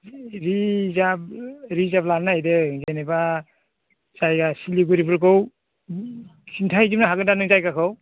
reserve लानो नागिरदों जेनेबा जायगा सिलिगुरिफोरखौ खिन्था हैजोबनो हागोन ना नों जायगाखौ